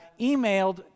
emailed